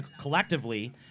Collectively